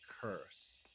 curse